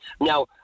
Now